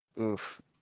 Oof